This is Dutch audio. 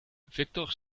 victor